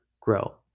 grow